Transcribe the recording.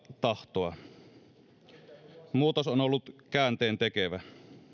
tahtoa muutos on ollut käänteentekevä